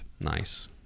nice